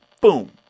Boom